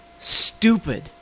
stupid